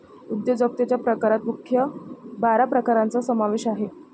उद्योजकतेच्या प्रकारात मुख्य बारा प्रकारांचा समावेश आहे